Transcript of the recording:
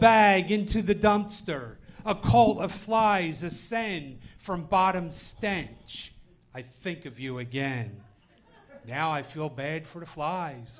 bag into the dumpster a call of flies a saying from bottom stain i think of you again now i feel bad for the flies